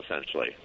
essentially